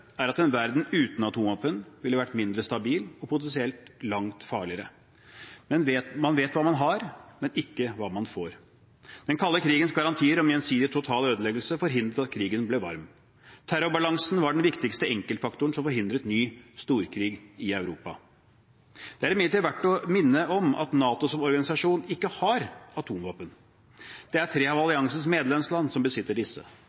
er at en verden uten atomvåpen ville vært mindre stabil og potensielt langt farligere. Man vet hva man har, men ikke hva man får. Den kalde krigens garantier om gjensidig total ødeleggelse forhindret at krigen ble varm. Terrorbalansen var den viktigste enkeltfaktoren som forhindret ny storkrig i Europa. Det er imidlertid verdt å minne om at NATO som organisasjon ikke har atomvåpen. Det er tre av alliansens medlemsland som besitter disse.